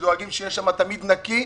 שדואגים שיהיה שמה תמיד נקי,